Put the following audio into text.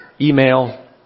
email